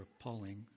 appalling